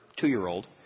two-year-old